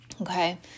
Okay